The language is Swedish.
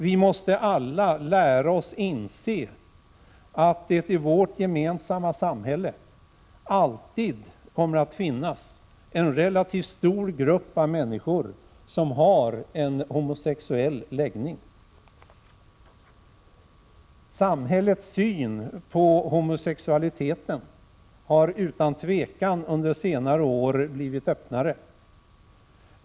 Vi måste alla lära oss inse att det i vårt gemensamma samhälle alltid kommer att finnas en relativt stor grupp av människor som har en homosexuell läggning. Samhällets syn på homosexualiteten har utan tvivel under senare år blivit öppnare.